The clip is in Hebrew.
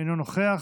אינו נוכח,